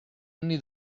anni